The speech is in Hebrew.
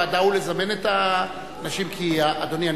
העובדים האלה הוזמנו על-ידי החברה הזוכה.